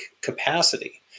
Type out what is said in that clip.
capacity